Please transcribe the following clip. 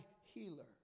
healer